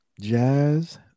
Jazz